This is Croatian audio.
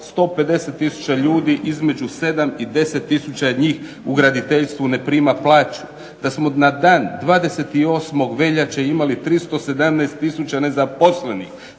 150 tisuća ljudi između 7 i 10 tisuća njih u graditeljstvu ne prima plaću, da smo na dan 28. veljače imali 317 tisuća nezaposlenih.